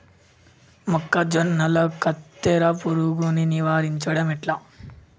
మొక్కజొన్నల కత్తెర పురుగుని నివారించడం ఎట్లా?